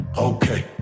okay